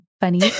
funny